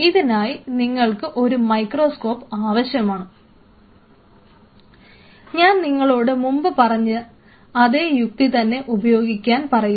ഇതിനായി നിങ്ങൾക്ക് ഒരു മൈക്രോസ്കോപ്പ് ആവശ്യമാണ് ഞാൻ നിങ്ങളോട് മുൻപ് പറഞ്ഞ അതേ യുക്തി തന്നെ ഉപയോഗിക്കാൻ പറയുന്നു